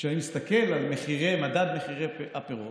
כשאני מסתכל על מדד מחירי הפירות,